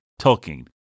Tolkien